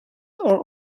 are